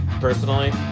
personally